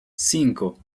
cinco